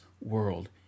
world